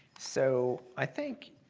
so i think